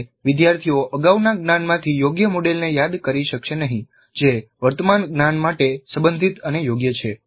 જાતે વિદ્યાર્થીઓ અગાઉના જ્ઞાન માંથી યોગ્ય મોડેલને યાદ કરી શકશે નહીં જે વર્તમાન જ્ઞાન માટે સંબંધિત અને યોગ્ય છે